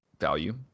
value